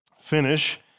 finish